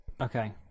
Okay